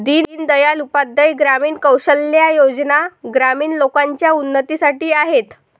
दीन दयाल उपाध्याय ग्रामीण कौशल्या योजना ग्रामीण लोकांच्या उन्नतीसाठी आहेत